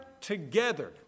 together